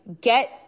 get